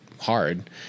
hard